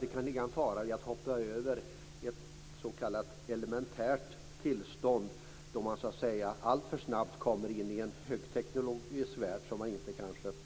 Det kan ligga en fara i att hoppa över ett s.k. elementärt tillstånd så att man alltför snabbt kommer in i en högteknologisk värld som man kanske inte